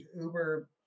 uber